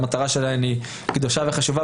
המטרה שלהן היא קדושה וחשובה,